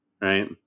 right